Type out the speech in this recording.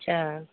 اچھا